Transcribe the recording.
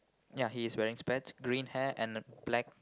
ya he is wearing specs green hat and a black